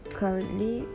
currently